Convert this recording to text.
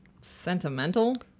Sentimental